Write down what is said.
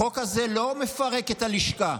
החוק הזה לא מפרק את הלשכה,